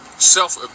self